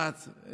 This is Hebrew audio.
רץ,